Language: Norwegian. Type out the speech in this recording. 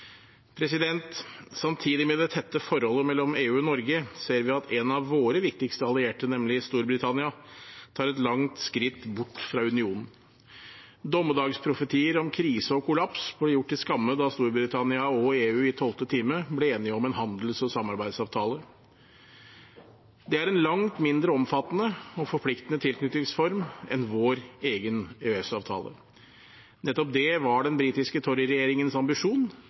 Samtidig med det tette forholdet mellom EU og Norge ser vi at en av våre viktigste allierte, nemlig Storbritannia, tar et langt skritt bort fra unionen. Dommedagsprofetier om krise og kollaps ble gjort til skamme da Storbritannia og EU i tolvte time ble enige om en handels- og samarbeidsavtale. Det er en langt mindre omfattende og forpliktende tilknytningsform enn vår egen EØS-avtale. Nettopp det var den britiske Tory-regjeringens ambisjon,